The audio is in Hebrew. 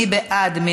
מי בעד?